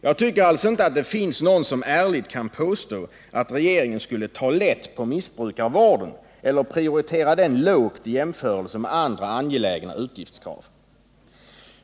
Jag tycker inte att någon ärligt kan påstå att regeringen skulle ta lätt på missbrukarvården eller prioritera den lågt i jämförelse med andra angelägna utgiftskrav.